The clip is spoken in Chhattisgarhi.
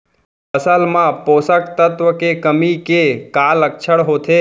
फसल मा पोसक तत्व के कमी के का लक्षण होथे?